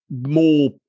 more